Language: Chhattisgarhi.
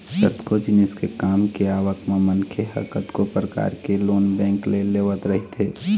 कतको जिनिस के काम के आवक म मनखे ह कतको परकार के लोन बेंक ले लेवत रहिथे